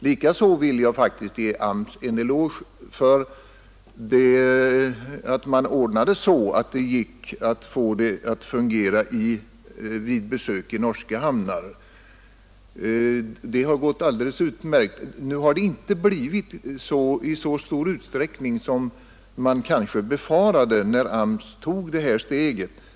Likaså vill jag faktiskt ge AMS en eloge för att man ordnade så, att det gick att få kassan att fungera vid besök i norska hamnar; det har nämligen gått alldeles utmärkt. Nu har inte kassan blivit utnyttjad i så stor utsträckning som man kanske befarade när AMS tog det här steget.